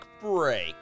break